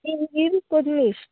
तीन कील कोथमीर